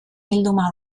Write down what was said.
bilduma